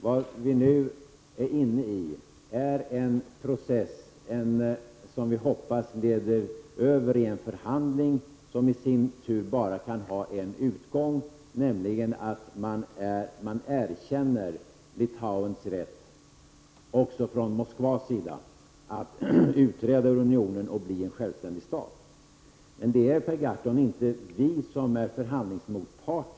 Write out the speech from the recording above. Vad vi nu är inne i är en process, som vi hoppas leder över i en förhandling, som i sin tur bara kan ha en utgång, nämligen att man erkänner Litauens rätt, också från Moskvas sida, att utträda ur unionien och bli en självständig stat. Men det är, Per Gahrton, inte vi som är förhandlingsmotpart.